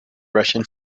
russian